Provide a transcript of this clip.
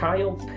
Kyle